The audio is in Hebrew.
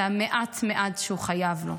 זה המעט-מעט שהוא חייב לו.